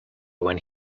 when